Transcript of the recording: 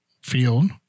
field